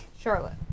Charlotte